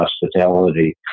hospitality